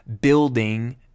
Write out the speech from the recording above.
building